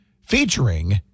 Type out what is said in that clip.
featuring